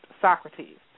Socrates